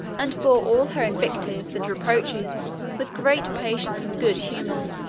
and bore all her invectives and reproaches with great patience and good humor.